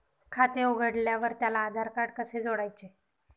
खाते उघडल्यावर त्याला आधारकार्ड कसे जोडायचे?